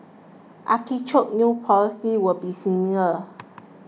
artichoke's new policy will be similar